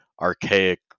archaic